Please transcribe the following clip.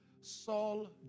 Saul